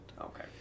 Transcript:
Okay